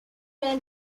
man